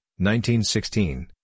1916